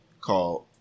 called